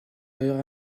ailleurs